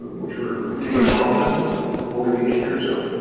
which we're particularly strong then with the whole aviation group. so,